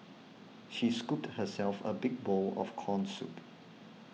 she scooped herself a big bowl of Corn Soup